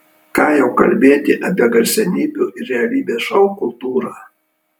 ką jau kalbėti apie garsenybių ir realybės šou kultūrą